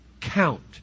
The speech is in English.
count